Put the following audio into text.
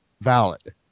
valid